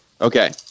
Okay